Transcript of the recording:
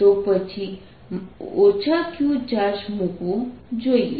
તો પછી q charge મૂકવો જોઈએ